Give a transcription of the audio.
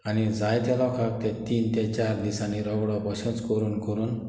आनी जायते लोकांक ते तीन ते चार दिसांनी रगडो बशेंच करून करून